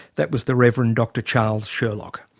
that was the rev. and dr charles sherlock.